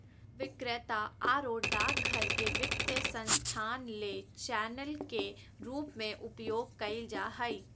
विक्रेता आरो डाकघर के वित्तीय संस्थान ले चैनल के रूप में उपयोग कइल जा हइ